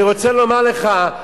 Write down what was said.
אני רוצה לומר לך,